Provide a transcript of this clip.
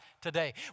today